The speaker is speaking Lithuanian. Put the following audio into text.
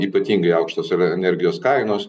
ypatingai aukštosir energijos kainos